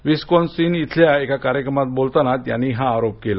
Wisconsin येथील एका कार्यक्रमात बोलताना त्त्यांनी हा आरोप केला